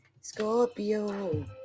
Scorpio